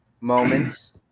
moments